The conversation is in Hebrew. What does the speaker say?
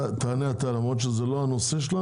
מאיר, תענה למרות שזה לא הנושא.